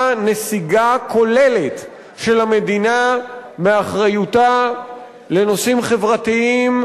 נסיגה כוללת של המדינה מאחריותה לנושאים חברתיים,